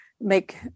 make